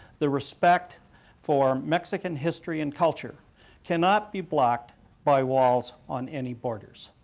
the respect for mexican history and culture cannot be blocked by walls on any borders.